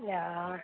गाय आओर